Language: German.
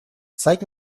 zeige